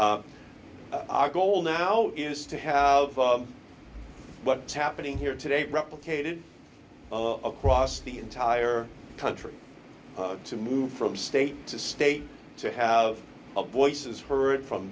if our goal now is to have what happening here today replicated across the entire country to move from state to state to have a voice is heard from